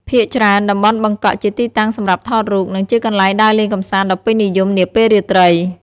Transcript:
ភាគច្រើន តំបន់បឹកកក់ជាទីតាំងសម្រាប់ថតរូប និងជាកន្លែងដើរលេងកម្សាន្តដ៏ពេញនិយមនាពេលរាត្រី។